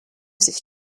sich